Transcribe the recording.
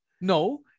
No